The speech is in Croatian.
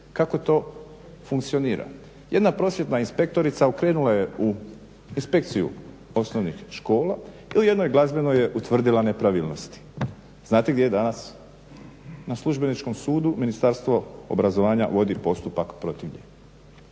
Kako to funkcionira? Jedna prosvjetna inspektorica krenula je u inspekciju osnovnih škola i u jednoj glazbenoj je utvrdila nepravilnosti. Znate gdje je danas? Na službeničkom sudu, Ministarstvo obrazovanja vodi postupak protiv nje.